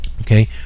Okay